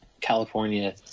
California